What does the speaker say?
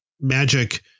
magic